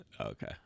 Okay